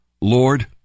Lord